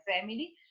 family